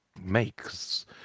makes